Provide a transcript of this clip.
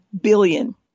billion